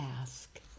ask